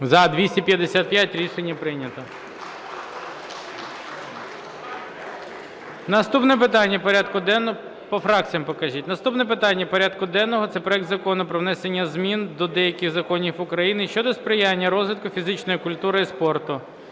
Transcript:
По фракціям покажіть. Наступне питання порядку денного – це проект Закону про внесення змін до деяких законів України щодо сприяння розвитку фізичної культури і спорту